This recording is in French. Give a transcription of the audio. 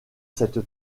cette